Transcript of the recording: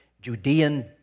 Judean